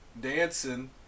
dancing